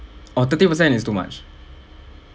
or thirty percent is too much